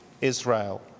Israel